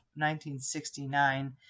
1969